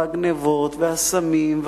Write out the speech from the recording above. הגנבות והסמים,